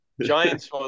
Giants